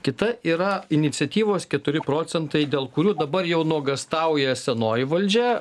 kita yra iniciatyvos keturi procentai dėl kurių dabar jau nuogąstauja senoji valdžia